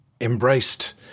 embraced